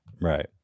right